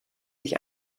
sich